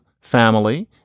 family